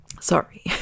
Sorry